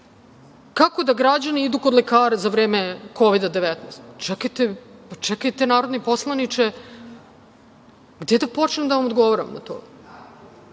Kako da građani idu kod lekara za vreme Kovida - 19? Čekajte, narodni poslaniče, gde da počnem da vam odgovaram na to?